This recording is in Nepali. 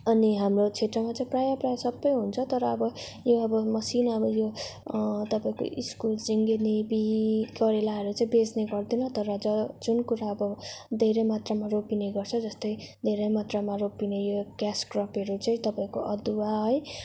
अनि हाम्रो क्षेत्रमा चाहिँ प्रायः प्रायः सबै हुन्छ तर अब यो अब मसिनो अब यो तपाईँको इस्कुस झिँगनी बिन करेलाहरू चाहिँ बेच्ने गर्दैन तर ज जुन कुरा अब धेरै मात्रामा रोपिने गर्छ जस्तै धेरै मात्रामा रोपिने यो क्यास क्रोपहरू चाहिँ तपाईँको अदुवा है